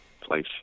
place